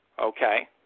okay